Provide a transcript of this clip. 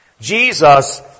Jesus